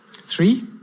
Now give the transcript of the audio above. three